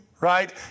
right